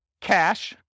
cash